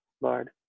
Lord